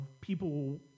people